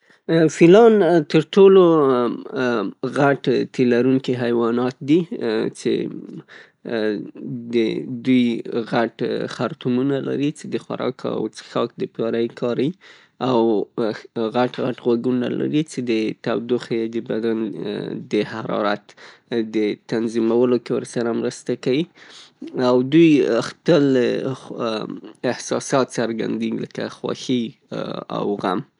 فیلان تر ټولو غټ تي لروونکي حیوانات دي چې د دوی غټ خرطومونه لري چې د خوراک او څښاک له پاره یې کاريي او غټ غټ غوږونه لري چې د تودوخې د بدن د حرارت د تنظمولو کې ورسره مرسته کيي او دی خپلې احساسات څرګنديي لکه خوښي او غم.